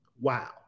Wow